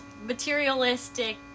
materialistic